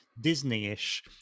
disney-ish